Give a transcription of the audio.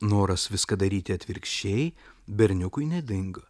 noras viską daryti atvirkščiai berniukui nedingo